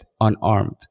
unarmed